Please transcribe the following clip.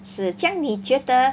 是这样你觉得